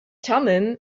thummim